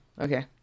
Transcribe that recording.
Okay